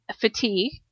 fatigue